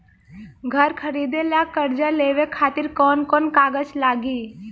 घर खरीदे ला कर्जा लेवे खातिर कौन कौन कागज लागी?